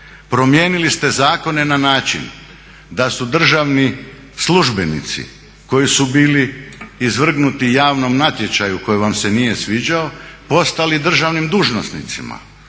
Promijenili ste zakone na način da su državni službenici koji su bili izvrgnuti javnom natječaju koji vam se nije sviđao postali državnim dužnosnicima